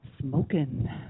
smoking